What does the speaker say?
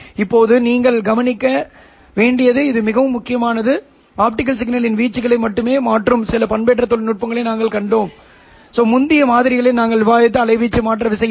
இப்போது நீங்கள் கவனிக்க இது மிகவும் முக்கியமானது ஆப்டிகல் சிக்னலின் வீச்சுகளை மட்டுமே மாற்றும் சில பண்பேற்ற நுட்பங்களை நாங்கள் கண்டோம் முந்தைய மாதிரிகளில் நாங்கள் விவாதித்த அலைவீச்சு மாற்ற விசை இது